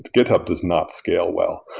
github does not scale well.